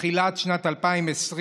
בתחילת שנת 2020,